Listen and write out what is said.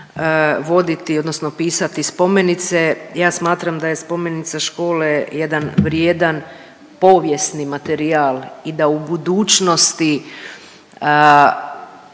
voditi odnosno pisati spomenice. Ja smatram da je spomenica škole jedan vrijedan povijesni materijal i da u budućnosti